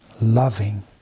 loving